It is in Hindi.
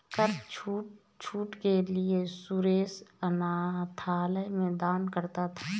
कर छूट के लिए सुरेश अनाथालय में दान करता है